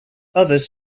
others